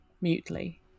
mutely